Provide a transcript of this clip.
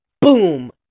boom